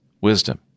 wisdom